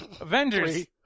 Avengers